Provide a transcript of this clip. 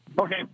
Okay